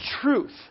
truth